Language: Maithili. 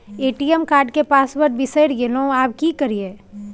ए.टी.एम कार्ड के पासवर्ड बिसरि गेलियै आबय की करियै?